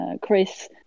Chris